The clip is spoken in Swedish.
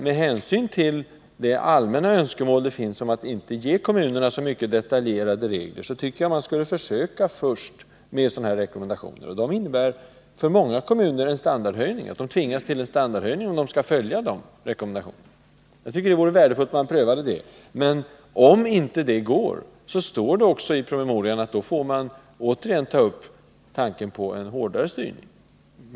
Med hänsyn till det allmänna önskemål som finns om att inte ge kommunerna så mycket detaljerade regler tycker jag att man först skulle försöka med sådana här rekommendationer. De innebär för många kommuner att de tvingas till en standardhöjning, om de skall följa rekommendationerna. Jag tycker alltså att det vore värdefullt om man prövade detta. Om inte det räcker får man, som det står i promemorian, återigen ta upp tanken på en hårdare styrning.